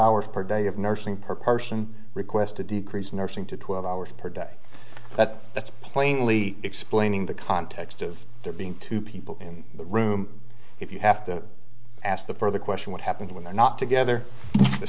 hours per day of nursing per person request to decrease nursing to twelve hours per day but that's plainly explaining the context of there being two people in the room if you have to ask the further question what happens when they're not together